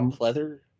leather